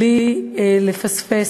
בלי לפספס,